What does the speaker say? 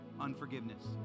unforgiveness